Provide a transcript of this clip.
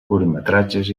curtmetratges